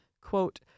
Quote